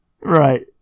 Right